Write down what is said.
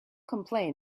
complain